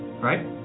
right